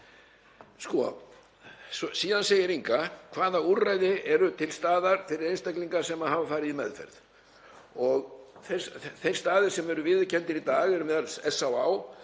Síðan segir Inga: Hvaða úrræði eru til staðar fyrir einstaklinga sem hafa farið í meðferð? Þeir staðir sem eru viðurkenndir í dag eru m.a. SÁÁ,